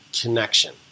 connection